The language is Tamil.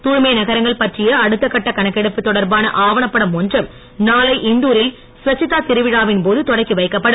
தூய்மை நகரங்கள் பற்றிய அடுத்த கட்ட கணக்கெடுப்பு தொடர்பான ஆவணப் படம் ஒன்றும் நாளை இந்தூரில் ஸ்வச்சத்தா இருவிழாவின் போது தொடக்கி வைக்கப்படும்